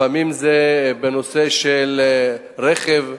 לפעמים בנושא של רכב,